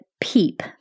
PEEP